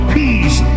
peace